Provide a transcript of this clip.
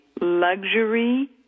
luxury